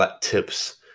tips